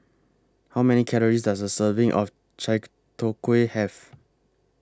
How Many Calories Does A Serving of Chai Tow Kway Have